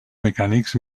mecànics